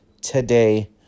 today